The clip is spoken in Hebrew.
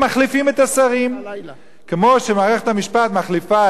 כמו שמערכת המשפט מחליפה את מערכת החקיקה,